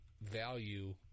value